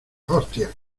hostia